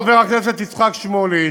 בא חבר הכנסת יצחק שמולי,